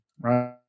right